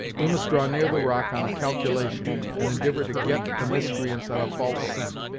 we must draw near the rock on a calculation, and indivor to get the miscreants on a false scent.